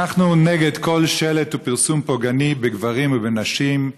אנחנו נגד כל שלט ופרסום פוגעני בגברים ובנשים,